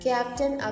Captain